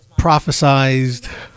Prophesized